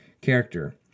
character